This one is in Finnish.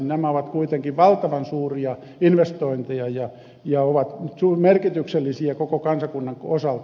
nämä ovat kuitenkin valtavan suuria investointeja ja ovat merkityksellisiä koko kansakunnan osalta